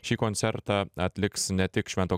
šį koncertą atliks ne tik švento